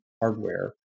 hardware